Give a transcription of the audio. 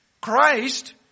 Christ